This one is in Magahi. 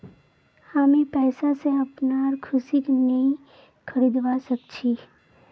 हामी पैसा स अपनार खुशीक नइ खरीदवा सख छि